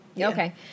Okay